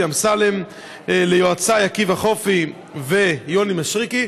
אמסלם וליועציי עקיבא חופי ויוני משריקי.